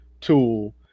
tool